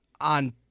on